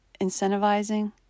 incentivizing